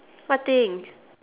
what thing